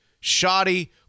shoddy